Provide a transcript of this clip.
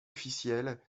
officiel